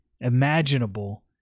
imaginable